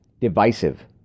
divisive